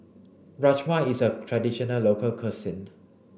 Rajma is a traditional local cuisine